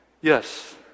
Yes